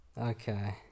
Okay